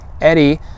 Eddie